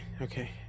okay